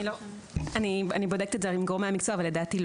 אני בודקת את זה עם גורמי המקצוע, אבל לדעתי לא.